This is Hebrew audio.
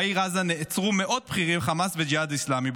בעיר עזה נעצרו מאות בכירי חמאס וג'יהאד אסלאמי.